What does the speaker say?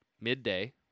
midday